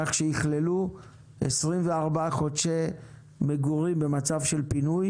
כך שיכללו 24 חודשי מגורים במצב של פינוי